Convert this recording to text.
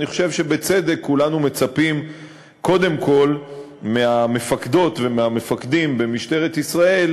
אני חושב שבצדק כולנו מצפים קודם כול מהמפקדות והמפקדים במשטרת ישראל